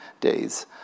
days